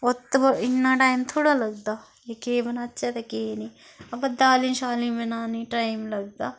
ओत्त इन्ना टाइम थोह्ड़ा लगदा कि केह् बनाचै ते केह् नेईं अवा दाली शालीं बनाने टाइम लगदा